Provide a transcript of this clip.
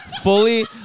fully